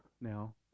now